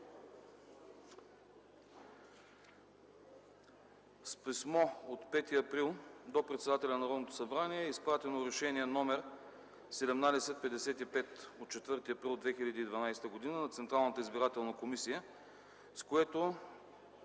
С Писмо от 5 април 2012 г. до председателя на Народното събрание е изпратено Решение № 1755 от 4 април 2012 г. на Централната избирателна комисия, с което